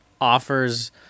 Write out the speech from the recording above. offers